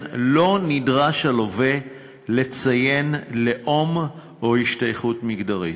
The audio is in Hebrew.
לא נדרש הפונה לציין לאום או השתייכות מגדרית.